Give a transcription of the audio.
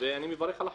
אני מברך על החוק.